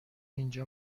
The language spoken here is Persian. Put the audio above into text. اینجا